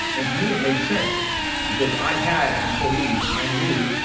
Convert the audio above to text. and to me it made sense because i had employees i knew,